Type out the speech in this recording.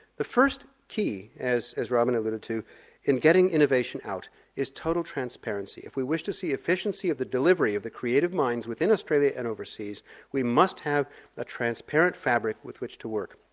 the first key, as as robyn alluded to in getting innovation out is total transparency. if we wish to see efficiency of the delivery of the creative minds within australia and overseas we must have a transparent fabric with which to work.